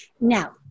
Now